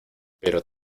pero